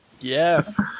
Yes